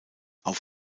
auf